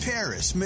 Paris